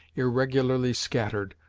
irregularly scattered,